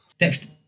Next